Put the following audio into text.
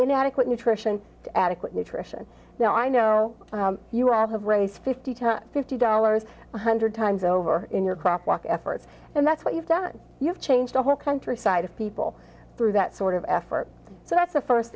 inadequate nutrition adequate nutrition now i know you have raised fifty to fifty dollars one hundred times over in your crop walk efforts and that's what you've done you've changed the whole country side of people through that sort of effort so that's the first